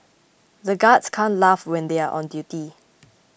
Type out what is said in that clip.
the guards can't laugh when they are on duty